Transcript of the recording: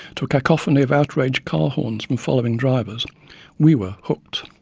to a cacophony of outraged car horns from following drivers we were hooked!